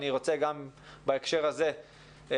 בהקשר הזה אני